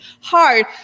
hard